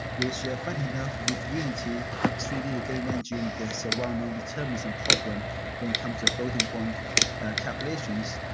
which yeah funny enough, with unity three d, the game engine, there's a well-known determinism problem when it comes to floating point calculations.